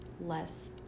less